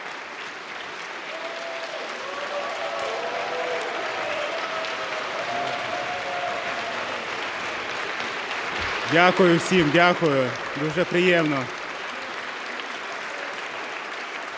Дякую всім. Дякую. Дуже приємно.